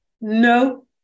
No